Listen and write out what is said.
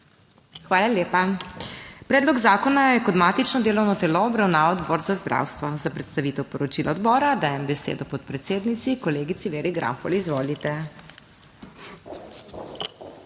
Hvala lepa. Predlog zakona je kot matično delovno telo obravnaval Odbor za zdravstvo. Za predstavitev poročila odbora dajem besedo podpredsednici, kolegici Veri Granfol. Izvolite.